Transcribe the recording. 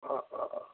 ह ह ह